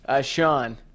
Sean